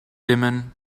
dimmen